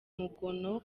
umugono